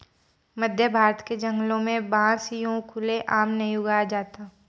मध्यभारत के जंगलों में बांस यूं खुले आम नहीं उगाया जाता